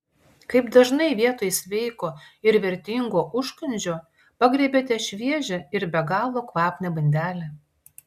kaip dažnai vietoj sveiko ir vertingo užkandžio pagriebiate šviežią ir be galo kvapnią bandelę